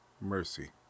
mercy